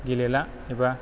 गेलेला एबा